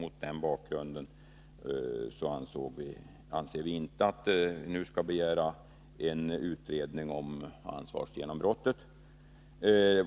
Mot den bakgrunden anser vi inte att man nu skall begära en utredning om ansvarsgenombrottet.